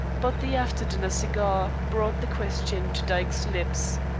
but the after-dinner cigar brought the question to dyke's lips